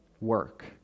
Work